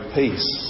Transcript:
peace